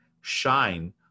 shine